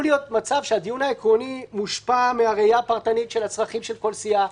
הדיון העקרוני עלול להיות מושפע מהראייה הפרטנית של הצרכים של כל סיעה,